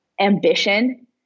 ambition